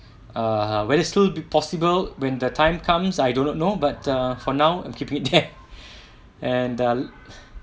err will it still be possible when the time comes I do not know but uh for now I'm keeping that and uh